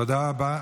תודה רבה.